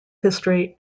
history